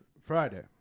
Friday